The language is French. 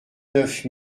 neuf